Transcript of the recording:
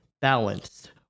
balanced